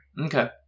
Okay